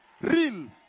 Real